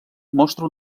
mostra